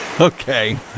Okay